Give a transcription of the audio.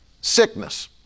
sickness